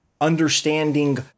understanding